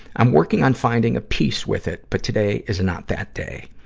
i'm working on finding a peace with it, but today is not that day.